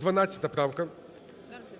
12 правка. Комітет